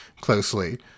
closely